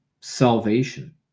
salvation